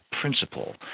principle